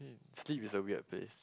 sleep is a weird place